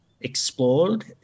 explored